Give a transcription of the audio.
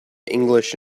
english